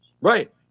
right